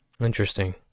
interesting